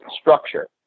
structure